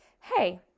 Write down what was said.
hey